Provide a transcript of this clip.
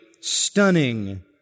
stunning